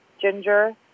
ginger